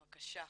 בבקשה,